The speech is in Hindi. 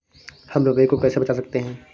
हम रुपये को कैसे बचा सकते हैं?